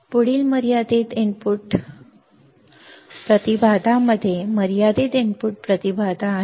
पुढील मर्यादित इनपुट प्रतिबाधामध्ये मर्यादित इनपुट प्रतिबाधा आहे